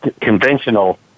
conventional